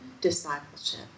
discipleship